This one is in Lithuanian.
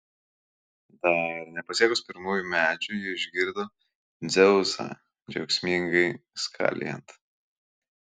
dar nepasiekus pirmųjų medžių ji išgirdo dzeusą džiaugsmingai skalijant